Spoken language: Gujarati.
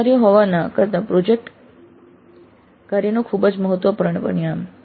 જૂથ કાર્ય હોવાના કારણે પ્રોજેક્ટ કાર્યનું ખૂબ જ મહત્વપૂર્ણ પરિણામ